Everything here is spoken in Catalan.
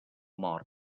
mort